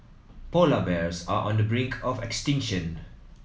polar bears are on the brink of extinction